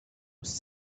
was